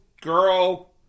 girl